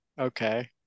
Okay